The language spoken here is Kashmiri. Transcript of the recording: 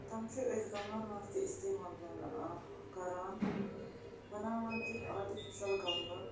تِم چھِ أسۍ گَملَن منٛز تہِ استعمال بنا کَران بَناوان چھِکھ آٹِفِشَل گَملہٕ